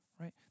right